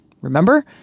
remember